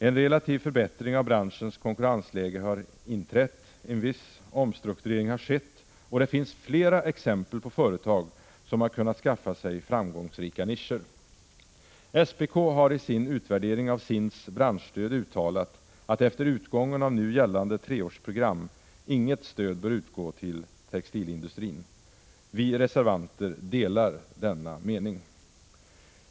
En relativ förbättring av branschens konkurrensläge har inträtt, en viss omstrukturering har skett och det finns flera exempel på företag som har kunnat skaffa sig framgångsrika nischer. SPK har i sin utvärdering av SIND:s branschstöd uttalat att inget stöd bör utgå till textilindustrin efter utgången av nu gällande treårsprogram. Vi reservanter delar denna mening.